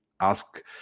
ask